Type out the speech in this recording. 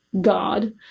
God